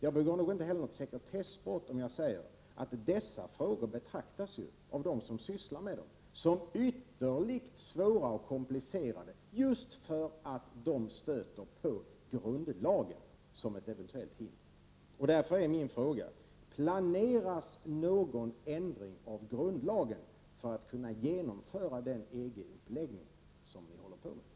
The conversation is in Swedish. Jag begår nog inte heller något sekretessbrott om jag säger att dessa frågor av de personer som sysslar med dem betraktas som ytterligt svåra och komplicerade, just därför att grundlagen här kan utgöra ett hinder. Därför är min fråga: Planeras någon ändring av grundlagen för att man skall kunna genomföra den EG-uppläggning som ni arbetar med?